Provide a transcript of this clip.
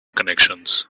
connections